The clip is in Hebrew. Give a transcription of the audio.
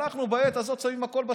אנחנו בעת הזאת שמים הכול בצד.